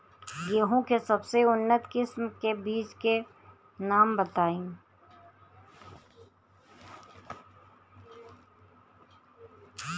गेहूं के सबसे उन्नत किस्म के बिज के नाम बताई?